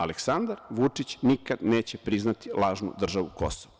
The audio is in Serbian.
Aleksandar Vučić nikad neće priznati lažnu državu Kosovo.